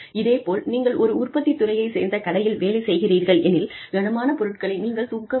இதே போல் நீங்கள் ஒரு உற்பத்தித் துறையை சேர்ந்த கடையில் வேலை செய்கிறீர்கள் எனில் கனமான பொருட்களை நீங்கள் தூக்க வேண்டும்